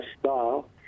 style